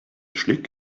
schlick